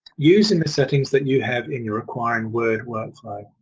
using the settings that you have in your acquire in word workflow.